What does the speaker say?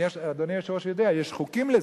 אדוני היושב-ראש יודע, יש חוקים לזה.